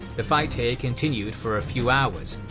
the fight here continued for a few hours,